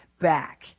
back